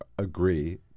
Agree